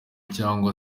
cyangwa